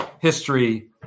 history